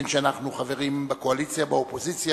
בין שאנחנו חברים בקואליציה ובין שאנחנו באופוזיציה,